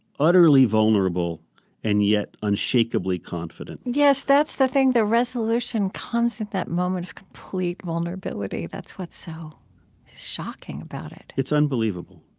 utterly vulnerable and yet unshakably confident yes. that's the thing the resolution comes at that moment of complete vulnerability. that's what's so shocking about it it's unbelievable.